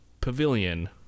Pavilion